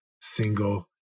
single